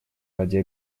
ради